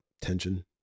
tension